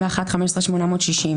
אדון רוטמן, עם כל הכבוד, זה לא טקס.